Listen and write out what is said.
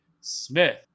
Smith